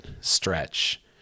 stretch